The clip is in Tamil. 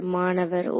மாணவர் ஓ